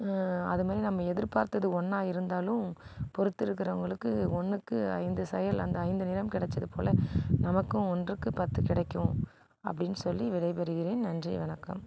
அது மாதிரி நம்ம எதிர்பார்த்தது ஒன்றா இருந்தாலும் பொறுத்துருக்கிறவங்களுக்கு ஒன்றுக்கு ஐந்து செயல் அந்த ஐந்து நிறம் கிடைச்சதுபோல நமக்கும் ஒன்றுக்கு பத்து கிடைக்கும் அப்படின்னு சொல்லி விடைபெறுகிறேன் நன்றி வணக்கம்